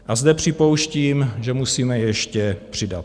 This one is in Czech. A zde připouštím, že musíme ještě přidat.